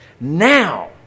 Now